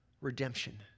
redemption